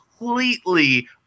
Completely